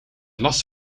last